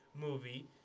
movie